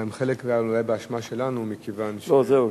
חלק, באשמה שלנו, מכיוון, לא, זהו.